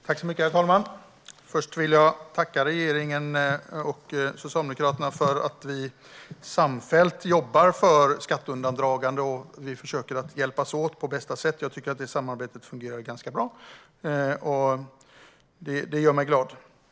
Herr talman! Jag vill först tacka regeringen och Socialdemokraterna för att vi samfällt jobbar mot skatteundandragande. Vi försöker hjälpas åt på bästa sätt, och jag tycker att samarbetet fungerar ganska bra. Det gör mig glad.